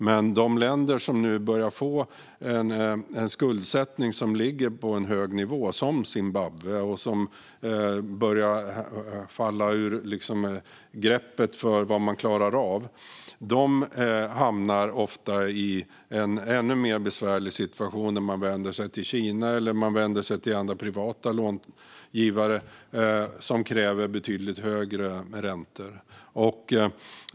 Men de länder som nu börjar få en skuldsättning som ligger på en hög nivå, som Zimbabwe, och som börjar falla ur greppet för vad man klarar av hamnar ofta i en ännu besvärligare situation när de vänder sig till Kina eller till andra, privata, rådgivare som kräver betydligt högre räntor.